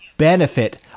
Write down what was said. benefit